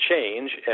change